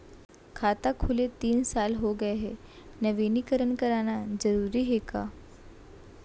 खाता खुले तीन साल हो गया गये हे नवीनीकरण कराना जरूरी हे का?